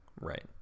Right